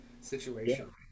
situation